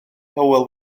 hywel